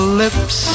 lips